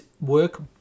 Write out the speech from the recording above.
work